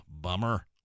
Bummer